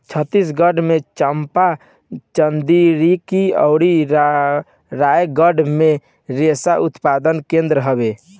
छतीसगढ़ के चंपा, चंदेरी अउरी रायगढ़ में रेशम उत्पादन केंद्र हवे